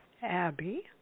Abby